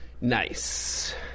nice